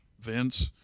Vince